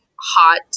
hot